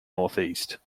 northeast